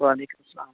وعلیکُم السلام